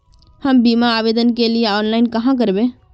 हम बीमा आवेदान के लिए ऑनलाइन कहाँ करबे?